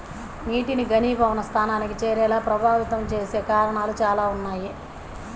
నీటిని ఘనీభవన స్థానానికి చేరేలా ప్రభావితం చేసే కారణాలు చాలా ఉన్నాయి